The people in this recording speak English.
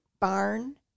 Barn